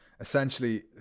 essentially